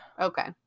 Okay